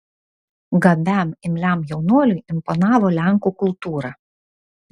gabiam imliam jaunuoliui imponavo lenkų kultūra